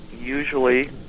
usually